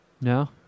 No